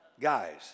guys